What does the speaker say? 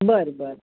बरं बरं